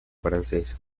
francesa